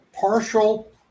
partial